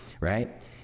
right